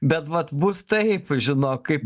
bet vat bus taip žinok kaip